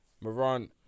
Moran